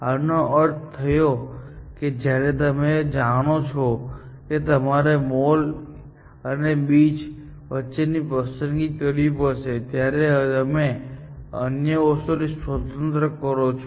આનો અર્થ એ થયો કે જ્યારે તમે જાણો છો કે તમારે મોલ અને બીચ વચ્ચે પસંદગી કરવી પડશે ત્યારે તમે આ અન્ય વસ્તુઓથી સ્વતંત્ર કરો છો